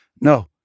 No